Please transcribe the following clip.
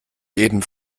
jeden